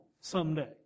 someday